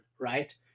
right